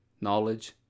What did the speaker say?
knowledge